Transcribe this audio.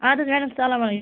اَدٕ حظ اَدٕ حظ سلام علیکُم